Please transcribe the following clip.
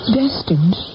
destined